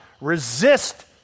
Resist